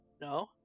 No